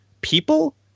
people